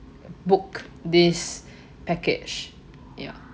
book this package ya